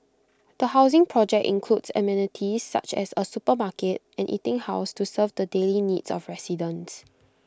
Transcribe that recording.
the housing project includes amenities such as A supermarket and eating house to serve the daily needs of residents